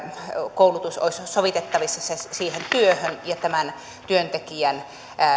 koulutus olisi sovitettavissa siihen työhön ja tämän työntekijän